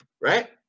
right